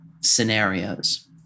scenarios